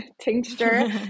tincture